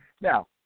Now